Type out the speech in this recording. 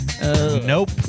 Nope